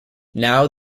now